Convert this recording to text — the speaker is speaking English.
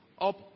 Up